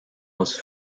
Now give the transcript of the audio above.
was